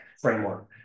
framework